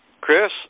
Chris